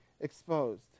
exposed